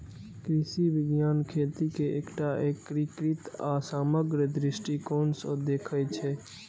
कृषि विज्ञान खेती कें एकटा एकीकृत आ समग्र दृष्टिकोण सं देखै छै